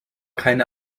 keine